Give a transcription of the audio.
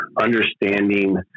understanding